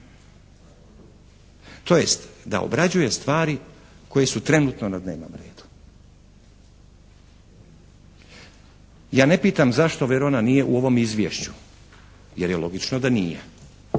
tj. da obrađuje stvari koje su trenutno na dnevnom redu. Ja ne pitam zašto Verona nije u ovom Izvješću, jer je logično da nije,